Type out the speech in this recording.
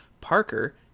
Parker